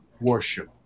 worship